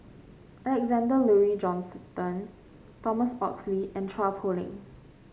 Alexander Laurie Johnston Thomas Oxley and Chua Poh Leng